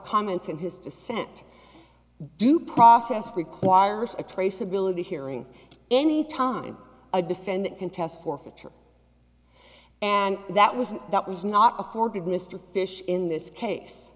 comments in his dissent due process requires a traceability hearing any time a defendant contest forfeiture and that was that was not afforded mr fish in this case